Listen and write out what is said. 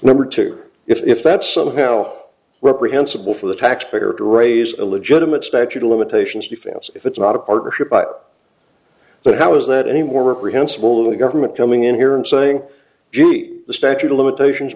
number two if that's somehow reprehensible for the taxpayer to raise a legitimate statute of limitations defense if it's not a partnership but how is that any more reprehensible of the government coming in here and saying the statute of limitations